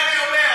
לכן אני אומר,